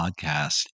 podcast